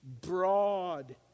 Broad